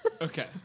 Okay